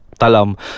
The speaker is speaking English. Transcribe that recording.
talam